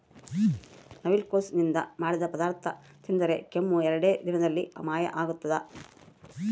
ನವಿಲುಕೋಸು ನಿಂದ ಮಾಡಿದ ಪದಾರ್ಥ ತಿಂದರೆ ಕೆಮ್ಮು ಎರಡೇ ದಿನದಲ್ಲಿ ಮಾಯ ಆಗ್ತದ